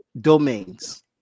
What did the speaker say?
domains